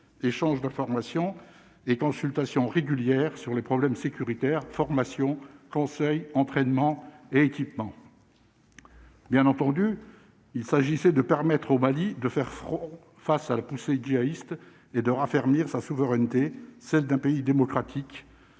l'échange d'informations et consultations régulières sur les problèmes sécuritaires formation conseil Entraînement et équipement, bien entendu, il s'agissait de permettre au Mali de faire front face à la poussée djihadiste et de raffermir sa souveraineté, celle d'un pays démocratique,